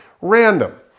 random